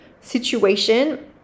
situation